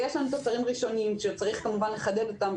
יש לנו כבר תוצרים ראשוניים, ועוד צריך לחדד אותם.